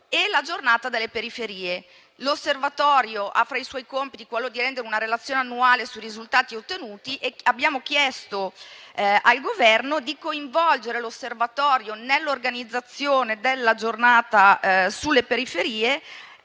e la Giornata delle periferie. L'Osservatorio ha fra i suoi compiti rendere una relazione annuale sui risultati ottenuti. E abbiamo chiesto al Governo di coinvolgere l'Osservatorio nell'organizzazione della Giornata delle periferie,